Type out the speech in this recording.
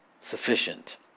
Sufficient